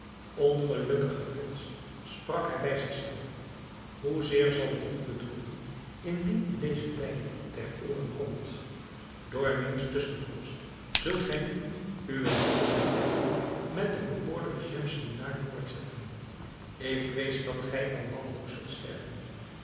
ongelukkige prins sprak hij bij zich zelven hoe zeer zal het u bedroeven indien u deze tijding ter ooren komt door wiens tusschenkomst zult gij nu uwe liefdesbetrekkingen met de bekoorlijke schemselnihar voortzetten ik vrees dat gij van wanhoop zult sterven